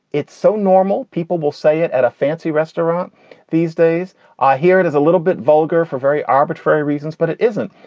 it's so normal. people will say it at a fancy restaurant these days i hear it is a little bit vulgar for very arbitrary reasons, but it isn't.